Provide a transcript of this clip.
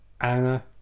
Anna